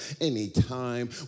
Anytime